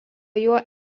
juo